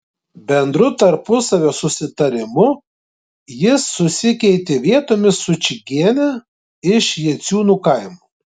bendru tarpusavio susitarimu jis susikeitė vietomis su čigiene iš jaciūnų kaimo